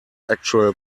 actual